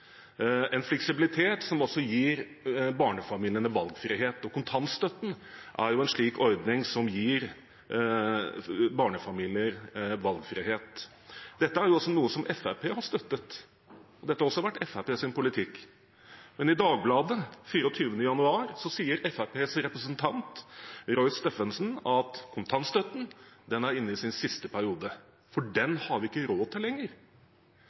en fleksibilitet som også gir barnefamiliene valgfrihet. Kontantstøtten er jo en slik ordning som gir barnefamilier valgfrihet. Dette er noe som også Fremskrittspartiet har støttet, dette har også vært Fremskrittspartiets politikk. Men i Dagbladet 24. januar sier Fremskrittspartiets representant Roy Steffensen at kontantstøtten er inne i sin siste periode, for den har vi ikke råd til lenger.